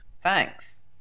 Thanks